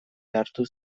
behartu